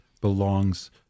belongs